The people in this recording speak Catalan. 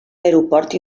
aeroport